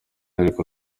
ariko